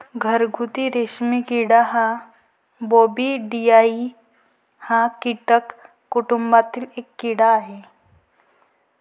घरगुती रेशीम किडा हा बॉम्बीसिडाई या कीटक कुटुंबातील एक कीड़ा आहे